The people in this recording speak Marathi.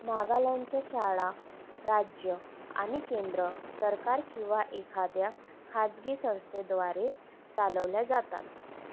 नागालँडच्या शाळा राज्य आणि केंद्र सरकार किंवा एखाद्या खाजगी संस्थेद्वारे चालवल्या जातात